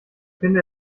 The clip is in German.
finde